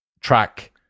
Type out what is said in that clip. track